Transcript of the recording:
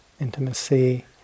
intimacy